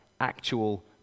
actual